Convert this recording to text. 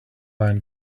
man